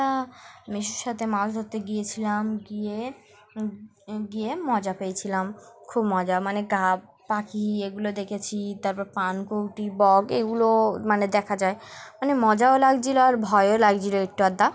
একটা মেসোর সাথে মাছ ধরতে গিয়েছিলাম গিয়ে গিয়ে মজা পেয়েছিলাম খুব মজা মানে গা পাখি এগুলো দেখেছি তারপর পান কৌটি বক এগুলো মানে দেখা যায় মানে মজাও লাগছিলো আর ভয়ও লাগছিলো একটু আধটু